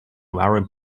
very